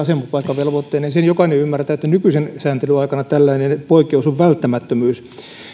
ja asemapaikkavelvoitteineen sen jokainen ymmärtää että nykyisen sääntelyn aikana tällainen poikkeus on välttämättömyys nyt